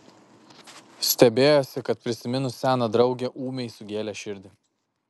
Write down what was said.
stebėjosi kad prisiminus seną draugę ūmai sugėlė širdį